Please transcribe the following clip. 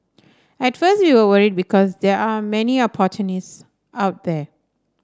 at first we were worried because there are many opportunists out there